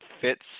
fits